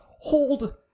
Hold